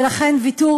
ולכן "ויתור"